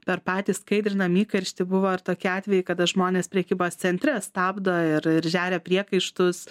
per patį skaidrinam įkarštį buvo ir tokie atvejai kada žmonės prekybos centre stabdo ir ir žeria priekaištus